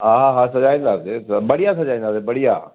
हा हा सजाईंदासी त बढ़िया सजाईंदासी बढ़िया